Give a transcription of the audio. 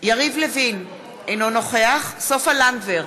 יריב לוין, אינו נוכח סופה לנדבר,